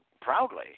proudly